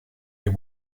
they